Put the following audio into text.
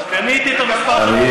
אמיר,